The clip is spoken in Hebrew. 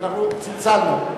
אנחנו צלצלנו.